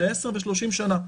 לעשר ול-30 שנה.